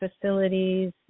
facilities